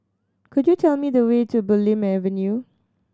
could you tell me the way to Bulim Avenue